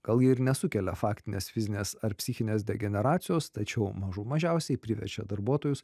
gal ji ir nesukelia faktinės fizinės ar psichinės degeneracijos tačiau mažų mažiausiai priverčia darbuotojus